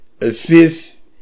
assist